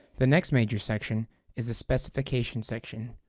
the next major section is the specification section,